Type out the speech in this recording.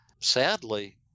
sadly—